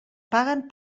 paguen